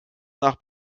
nach